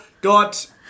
got